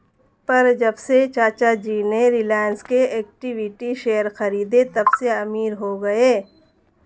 पर जब से चाचा जी ने रिलायंस के इक्विटी शेयर खरीदें तबसे अमीर हो गए